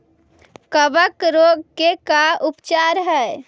कबक रोग के का उपचार है?